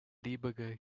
debugger